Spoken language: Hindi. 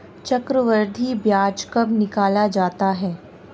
चक्रवर्धी ब्याज कब निकाला जाता है?